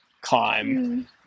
climb